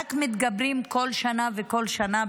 ורק מתגברים כל שנה וכל שנה,